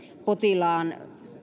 potilaan